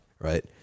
right